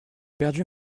perdu